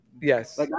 Yes